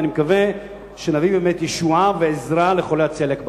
ואני מקווה שנביא באמת ישועה ועזרה לחולי הצליאק בארץ.